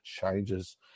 changes